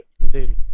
indeed